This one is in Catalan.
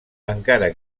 encara